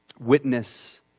witness